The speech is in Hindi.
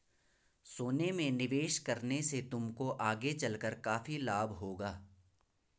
सोने में निवेश करने से तुमको आगे चलकर काफी लाभ होगा